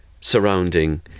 surrounding